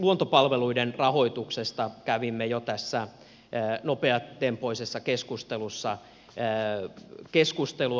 luontopalveluiden rahoituksesta kävimme jo tässä nopeatempoisessa keskustelussa keskustelua